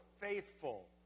faithful